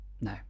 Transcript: No